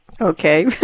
Okay